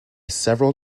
several